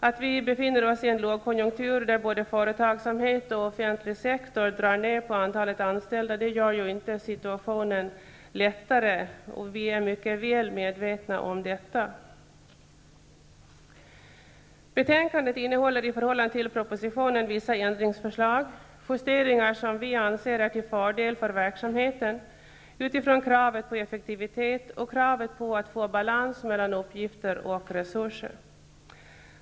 Att vi befinner oss i en lågkonjunktur där både företagsamhet och offentlig sektor drar ned på antalet anställda gör ju inte situationen lättare. Vi är mycket väl medvetna om detta. Betänkandet innehåller i förhållande till propositionen vissa ändringsförslag, justeringar som vi anser är till fördel för verksamheten med tanke på kravet på effektivitet och kravet på att få balans mellan uppgifter och resurser.